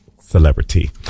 Celebrity